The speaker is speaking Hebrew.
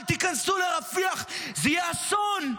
אל תיכנסו לרפיח, זה יהיה אסון,